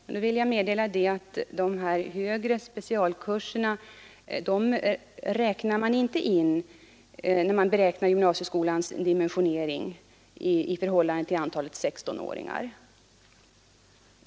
Jag vill meddela att man inte räknar in de högre specialkurserna vid beräkningen av gymnasieskolans dimensionering i förhållande till antalet 16-åringar.